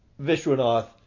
Vishwanath